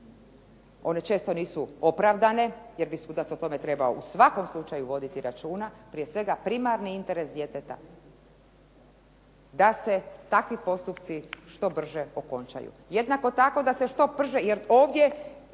one često nisu opravdane jer bi sudac o tome trebao u svakom slučaju voditi računa, prije svega primarni interes djeteta da se takvi postupci što brže okončaju, jednako tako da se što brže, jer ovdje